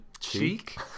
cheek